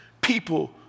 people